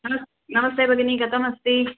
नमस्ते नमस्ते भगिनि कथमस्ति